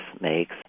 makes